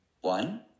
One